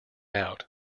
out